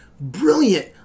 brilliant